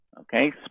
okay